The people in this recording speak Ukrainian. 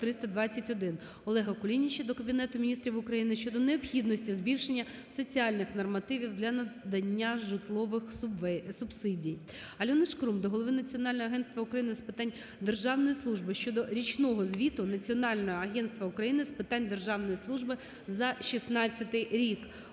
Олега Кулініча до Кабінету Міністрів України щодо необхідності збільшення соціальних нормативів для надання житлових субсидій. Альони Шкрум до голови Національного агентства України з питань державної служби щодо річного звіту Національного агентства України з питань державної служби за 2016 рік.